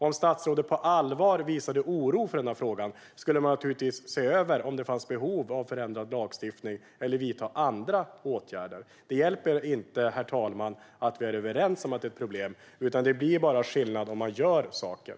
Om statsrådet på allvar kände oro för denna fråga skulle man naturligtvis se över om det fanns behov av förändrad lagstiftning eller vidta andra åtgärder. Det hjälper inte, herr talman, att vi är överens om att detta är ett problem, utan det blir skillnad först om man gör saker.